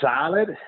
solid